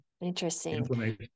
interesting